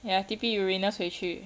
ya T_P uranus 回去